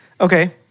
Okay